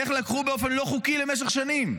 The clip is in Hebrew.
איך לקחו באופן לא חוקי במשך שנים?